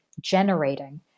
generating